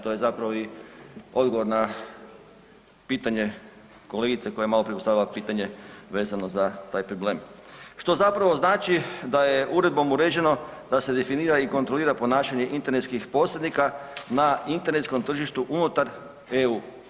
To je zapravo i odgovor na pitanje kolegice koja je maloprije postavila pitanje vezano za taj problem, što zapravo znači da je uredbom uređeno da se definira i kontrolira ponašanje internetskih posrednika na internetskom tržištu unutar EU.